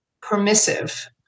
permissive